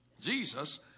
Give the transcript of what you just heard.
Jesus